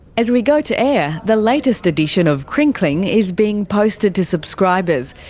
as we go to air, the latest edition of crinkling is being posted to subscribers.